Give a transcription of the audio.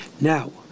Now